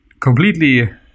completely